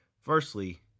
Firstly